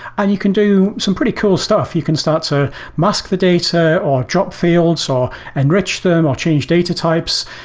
and you can do some pretty cool stuff. you can start to so mask the data or job fields or enrich them or change data types.